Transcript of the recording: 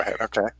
Okay